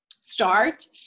start